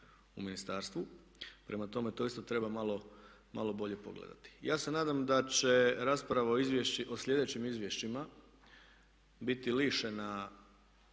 u ministarstvu. Prema tome, to isto treba malo bolje pogledati. Ja se nadam da će rasprava o sljedećim izvješćima biti lišena